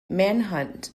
manhunt